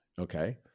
Okay